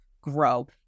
grow